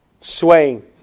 swaying